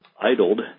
idled